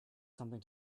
something